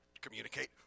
Communicate